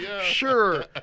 sure